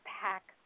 pack